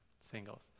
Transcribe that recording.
Singles